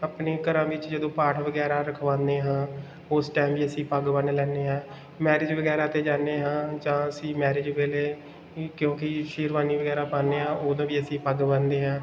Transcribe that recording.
ਆਪਣੇ ਘਰਾਂ ਵਿੱਚ ਜਦੋਂ ਪਾਠ ਵਗੈਰਾ ਰਖਵਾਉਂਦੇ ਹਾਂ ਉਸ ਟਾਈਮ ਵੀ ਅਸੀਂ ਪੱਗ ਬੰਨ੍ਹ ਲੈਂਦੇ ਹਾਂ ਮੈਰਿਜ ਵਗੈਰਾ 'ਤੇ ਜਾਂਦੇ ਹਾਂ ਜਾਂ ਅਸੀਂ ਮੈਰਿਜ ਵੇਲੇ ਕਿਉਂਕਿ ਸ਼ੇਰਵਾਨੀ ਵਗੈਰਾ ਪਾਉਂਦੇ ਹਾਂ ਉਦੋਂ ਵੀ ਅਸੀਂ ਪੱਗ ਬੰਨ੍ਹਦੇ ਹਾਂ